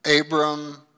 Abram